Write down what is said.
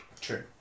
True